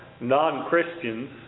non-Christians